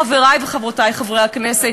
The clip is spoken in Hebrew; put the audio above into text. חברי וחברותי חברי הכנסת,